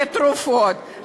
לתרופות,